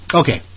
okay